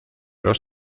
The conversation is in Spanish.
los